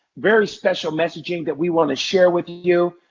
very special messaging that we want to share with you.